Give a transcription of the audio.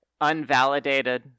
unvalidated